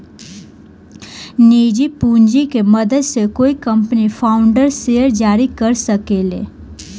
निजी पूंजी के मदद से कोई कंपनी फाउंडर्स शेयर जारी कर सके ले